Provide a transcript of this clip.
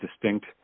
distinct